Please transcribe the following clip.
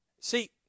see